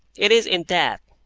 it is in that,